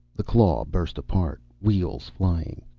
the claw burst apart, wheels flying.